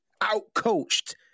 outcoached